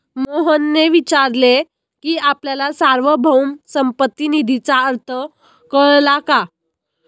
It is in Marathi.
मोहनने विचारले की आपल्याला सार्वभौम संपत्ती निधीचा अर्थ कळला का?